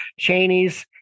Cheneys